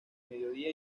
mediodía